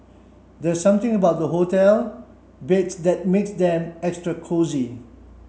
there's something about hotel beds that makes them extra cosy